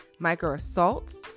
microassaults